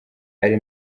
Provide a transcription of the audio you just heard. ari